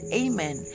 amen